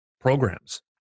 programs